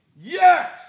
Yes